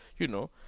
you know,